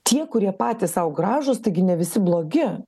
tie kurie patys sau gražūs taigi ne visi blogi